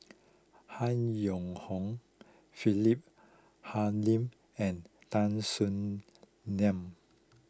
Han Yong Hong Philip Hoalim and Tan Soo Nan